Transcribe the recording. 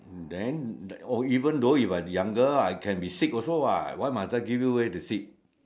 then oh even though you are younger lah I can be sick also [what] why must I give you way to sit